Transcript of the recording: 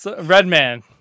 Redman